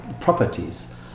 properties